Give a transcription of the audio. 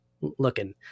looking